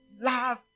Love